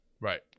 Right